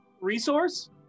resource